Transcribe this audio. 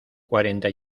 cuarenta